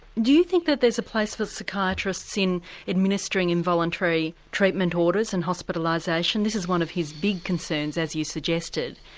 do you think there's a place for psychiatrists in administering involuntary treatment orders and hospitalisation? this is one of his big concerns, as you suggested.